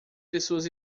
pessoas